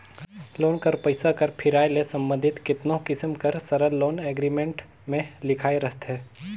loan कर पइसा कर फिराए ले संबंधित केतनो किसिम कर सरल लोन एग्रीमेंट में लिखाए रहथे